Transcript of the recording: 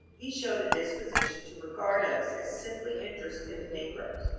he showed a disposition to regard us as simply interested in the negroes,